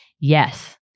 yes